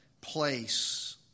place